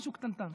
משהו קטנטן,